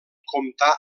comptar